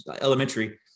elementary